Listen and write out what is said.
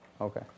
Okay